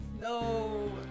No